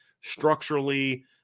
structurally